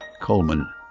Coleman